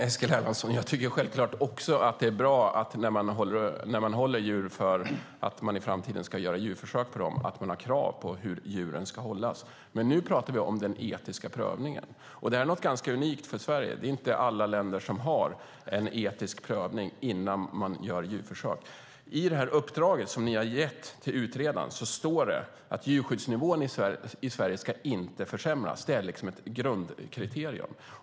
Fru talman! Jag tycker självklart också att det är bra, Eskil Erlandsson, att man när någon håller djur för att i framtiden göra djurförsök på dem har krav för hur djuren ska hållas. Men nu pratar vi om den etiska prövningen. Detta är något ganska unikt för Sverige. Det är inte alla länder som har en etisk prövning innan man gör djurförsök. I det uppdrag som ni har gett till utredaren står det att djurskyddsnivån i Sverige inte ska försämras. Det är ett grundkriterium.